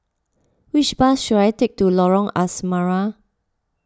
which bus should I take to Lorong Asrama